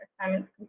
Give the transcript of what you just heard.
assignments